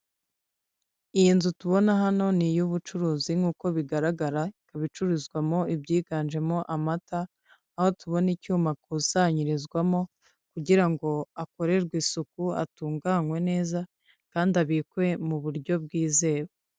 Iyi nzu tubona hano ni iy'ubucuruzi nk'uko bigaragara ibicuruzwamo ibyiganjemo amata aho tubona icyuma akusanyirizwamo kugira ngo akorerwe isuku atunganywe neza kandi abikwe mu buryo bwizewe.